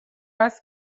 است